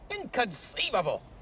Inconceivable